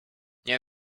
nie